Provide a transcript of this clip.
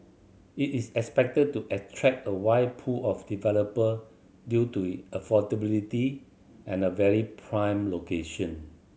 it is expected to attract a wide pool of developer due to it affordability and a very prime location